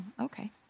okay